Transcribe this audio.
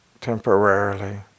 temporarily